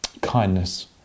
kindness